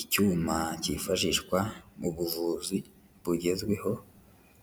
Icyuma cyifashishwa mu buvuzi bugezweho,